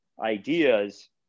ideas